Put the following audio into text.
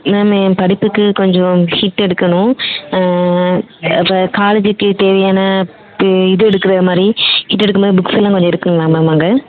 ma'am என் படிப்புக்கு கொஞ்சம் ஹிட் எடுக்கணும் இப்போ காலேஜுக்கு தேவையான இது எடுக்கறது மாதிரி இது எடுக்கறது மாதிரி புக்ஸ்ஸலாம் கொஞ்சம் எடுக்கணும் மேம் அங்கே